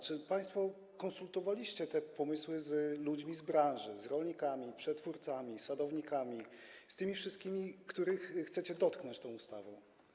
Czy państwo konsultowaliście te pomysły z ludźmi z branży, z rolnikami, przetwórcami, sadownikami, z tymi wszystkimi, których chcecie dotknąć tą ustawą?